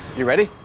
you ready?